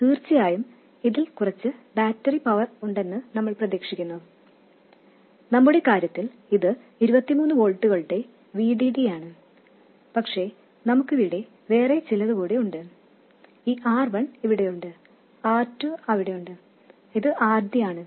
തീർച്ചയായും ഇതിൽ കുറച്ച് ബാറ്ററി പവർ ഉണ്ടെന്ന് നമ്മൾ പ്രതീക്ഷിക്കുന്നു നമ്മുടെ കാര്യത്തിൽ ഇത് 23 വോൾട്ടുകളുടെ VDD യാണ് പക്ഷേ നമുക്ക് ഇവിടെ വേറെ ചിലത് കൂടി ഉണ്ട് ഈ R1 ഇവിടെയുണ്ട് R2 അവിടെയുണ്ട് ഇത് RD ആണ്